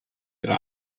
ihre